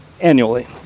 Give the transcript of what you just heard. Annually